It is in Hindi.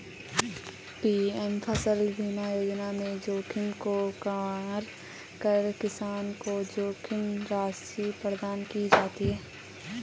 पी.एम फसल बीमा योजना में जोखिम को कवर कर किसान को जोखिम राशि प्रदान की जाती है